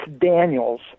Daniels